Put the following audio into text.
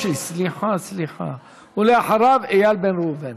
איתן ברושי, סליחה, ואחריו, איל בן ראובן.